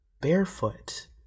barefoot